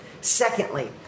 Secondly